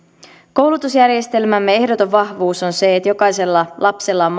koulutusjärjestelmämme ehdoton vahvuus on se että jokaisella lapsella on